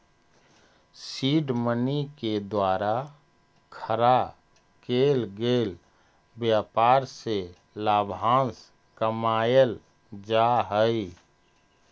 seed money के द्वारा खड़ा केल गेल व्यापार से लाभांश कमाएल जा हई